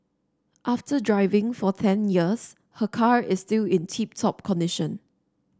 after driving for ten years her car is still in tip top condition